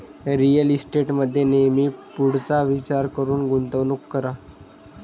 real इस्टेटमध्ये नेहमी पुढचा विचार करून गुंतवणूक करा